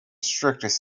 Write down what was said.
strictest